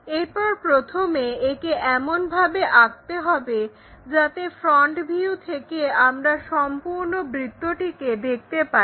এরপর প্রথমে একে এমনভাবে রাখতে হবে যাতে ফ্রন্ট ভিউ থেকে আমরা সম্পূর্ন বৃত্তটিকে দেখতে পাই